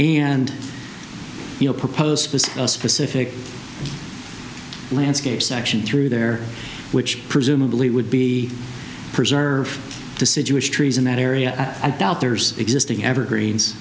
and we'll propose a specific landscape section through there which presumably would be preserved deciduous trees in that area i doubt there's existing evergreens